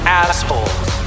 assholes